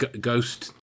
ghost